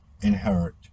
inherit